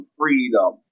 freedom